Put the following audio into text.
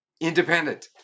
Independent